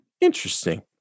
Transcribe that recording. Interesting